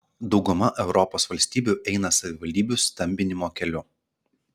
dauguma europos valstybių eina savivaldybių stambinimo keliu